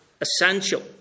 essential